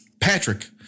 patrick